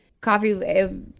Coffee